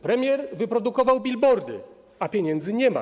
Premier wyprodukował billboardy, a pieniędzy nie ma.